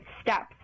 steps